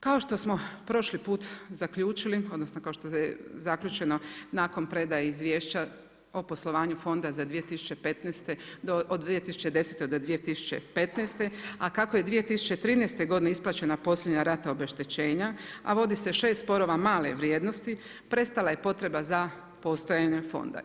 Kao što smo prošli put zaključili, odnosno kao što je zaključeno nakon predaje izvješća o poslovanju fonda od 2010. do 2015. a kako je 2013. godine isplaćena posljednja rata obeštećenja, a vodi se 6 sporova male vrijednosti prestala je potreba za postojanjem fonda.